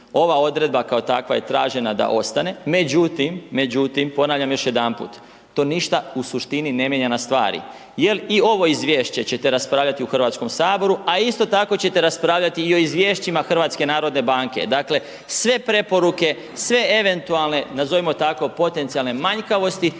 ova odredba kao takva je tražena da ostane, međutim, međutim ponavljam još jedanput, to ništa u suštini ne mijenja na stvari. Jel i ovo izvješće ćete raspravljati u Hrvatskom saboru, a isto tako ćete raspravljati i o izvješćima HNB-a, dakle sve preporuke, sve eventualne nazovimo tako potencijalne manjkavosti